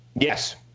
Yes